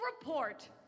report